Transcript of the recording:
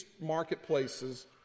marketplaces